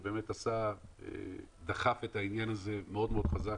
שבאמת דחף את העניין הזה מאוד מאוד חזק.